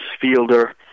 Fielder